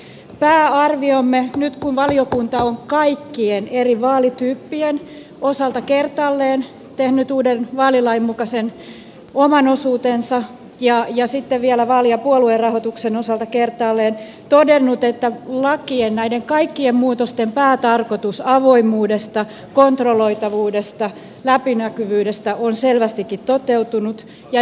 pääarviomme nyt kun valiokunta on kaikkien eri vaalityyp pien osalta kertaalleen tehnyt uuden vaalilain mukaisen oman osuutensa ja sitten vielä vaali ja puoluerahoituksen osalta kertaalleen todennut että lakien näiden kaikkien muutosten päätarkoitus avoimuudesta kontrolloitavuudesta läpinäkyvyydestä on selvästikin toteutunut ja yleisarvio tilanteesta